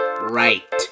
right